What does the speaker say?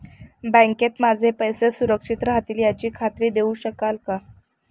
बँकेत माझे पैसे सुरक्षित राहतील याची खात्री देऊ शकाल का?